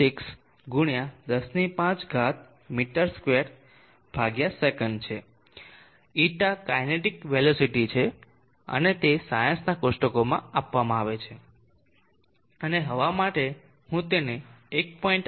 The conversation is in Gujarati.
6 ગુણ્યા 10 5 મી2 સે છે η કાઇનેટિક વેલોસિટી છે અને તે સાયન્સના કોષ્ટકોમાં આપવામાં આવે છે અને હવા માટે હું તેને 1